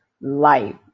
life